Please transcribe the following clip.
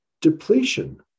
depletion